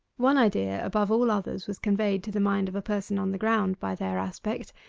one idea above all others was conveyed to the mind of a person on the ground by their aspect,